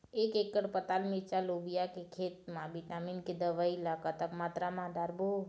एक एकड़ पताल मिरचा लोबिया के खेत मा विटामिन के दवई ला कतक मात्रा म डारबो?